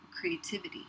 creativity